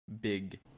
big